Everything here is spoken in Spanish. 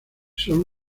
solo